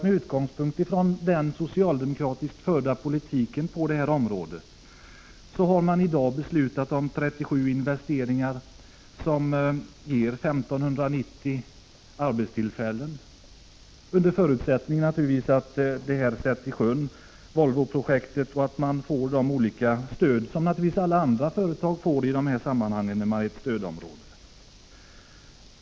Med utgångspunkt i den socialdemokratiskt förda politiken på det här området har man i dag beslutat om 37 investeringar, som ger 1 590 arbetstillfällen under förutsättning att Volvoprojektet sätts i sjön och att det får de olika stöd som alla andra företag får i ett stödområde.